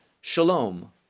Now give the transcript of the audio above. Shalom